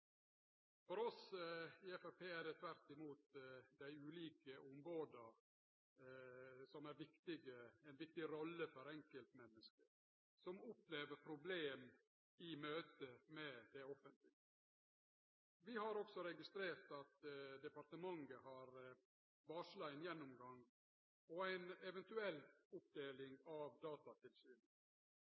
For oss i Framstegspartiet er det tvert imot dei ulike omboda som er viktige. Dei har ei viktig rolle for enkeltmenneske som opplever problem i møte med det offentlege. Vi har også registrert at departementet har varsla ein gjennomgang og ei eventuell oppdeling av Datatilsynet.